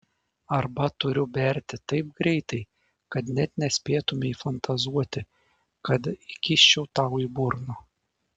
arba turiu berti taip greitai kad net nespėtumei fantazuoti kad įkiščiau tau į burną